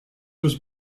was